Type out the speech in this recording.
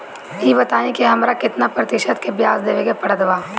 ई बताई की हमरा केतना प्रतिशत के ब्याज देवे के पड़त बा?